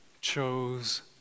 chose